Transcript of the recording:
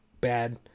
bad